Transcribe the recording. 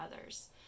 others